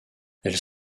elles